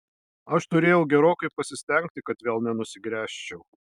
aš turėjau gerokai pasistengti kad vėl nenusigręžčiau